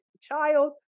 child